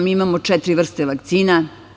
Mi imamo četiri vrste vakcina.